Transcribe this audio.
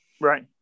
right